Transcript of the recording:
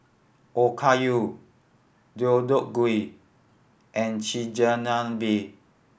Okayu Deodeok Gui and Chigenabe